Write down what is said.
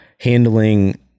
handling